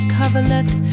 coverlet